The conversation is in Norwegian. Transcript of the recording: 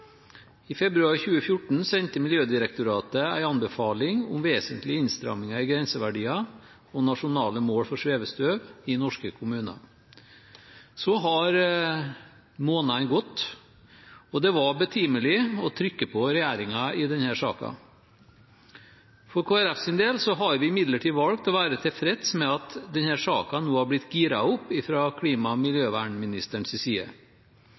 I februar 2014 sendte Miljødirektoratet en anbefaling om vesentlige innstramminger i grenseverdiene og nasjonale mål for svevestøv i norske kommuner. Så har månedene gått, og det var betimelig å trykke på regjeringen i denne saken. For Kristelig Folkepartis del har vi imidlertid valgt å være tilfreds med at denne saken nå har blitt gira opp fra klima- og